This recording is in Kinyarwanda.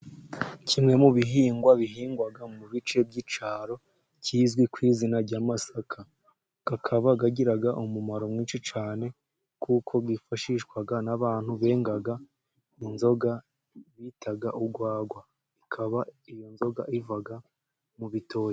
Kimwe mu bihingwa bihingwa mu bice by'icyaro kizwi ku izina ry'amasaka, akaba agira umumaro mwinshi cyane, kuko yifashishwa n'abantu benga inzoga bita urwagwa, ikaba iyo nzoga iva mu bitoki.